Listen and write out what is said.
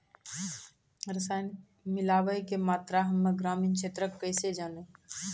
रसायन मिलाबै के मात्रा हम्मे ग्रामीण क्षेत्रक कैसे जानै?